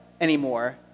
anymore